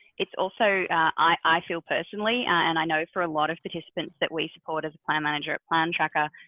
it's also i feel personally, and i know for a lot of participants that we support as a plan manager, at plan tracker,